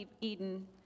Eden